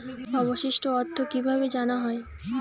অবশিষ্ট অর্থ কিভাবে জানা হয়?